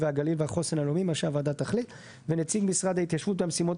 אתה בא וקובע שיישוב מסוים הוא בעדיפות לאומית,